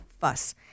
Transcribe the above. fuss